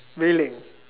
very leng